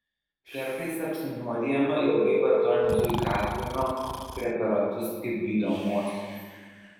kartais apsinuodijama ilgai vartojant zuikiakrūmio preparatus kaip gydomuosius